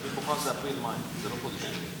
כן.